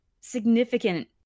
significant